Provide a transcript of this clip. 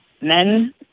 men